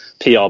pr